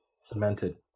cemented